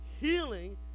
healing